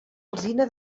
alzina